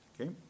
Okay